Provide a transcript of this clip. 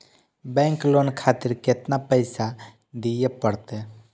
Bank loan खातीर केतना पैसा दीये परतें?